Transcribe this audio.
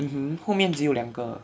mmhmm 后面只有两个